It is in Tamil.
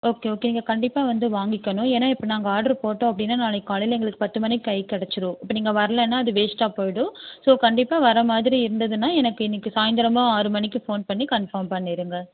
ஓகே ஓகேங்க கண்டிப்பாக வந்து வாங்கிக்கணும் ஏன்னால் இப்போ நாங்கள் ஆர்ட்ரு போட்டோம் அப்படின்னா நாளைக்கு காலையில் எங்களுக்கு பத்து மணிக்கு கை கிடச்சிரும் இப்போ நீங்கள் வரலனா அது வேஸ்ட்டாக போயிடும் ஸோ கண்டிப்பாக வர மாதிரி இருந்ததுனால் எனக்கு இன்னிக்கு சாய்ந்தரமாக ஆறு மணிக்கு ஃபோன் பண்ணி கன்ஃபார்ம் பண்ணிடுங்க